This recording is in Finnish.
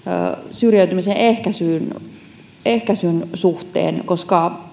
syrjäytymisen ehkäisyn suhteen koska